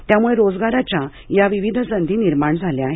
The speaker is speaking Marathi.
त्यामुळे रोजगाराच्या या विविध संधी निर्माण झाल्या आहेत